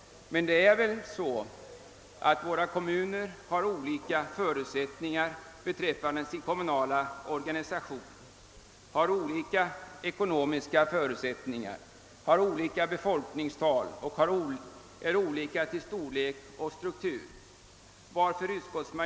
Men det är väl så att våra kommuner har olika förutsättningar när det gäller den kommunala organisationen. Det kan vara fråga om de ekonomiska förutsättningarna, det kan gälla befolkningstalet, det kan gälla storleken och det kan gälla strukturen.